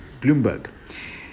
Bloomberg